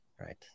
right